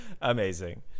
Amazing